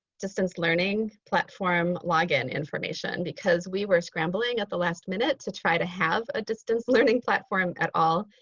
distance learning platform login information because we were scrambling at the last minute to try to have a distance learning platform at all.